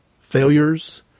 failures